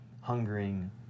hungering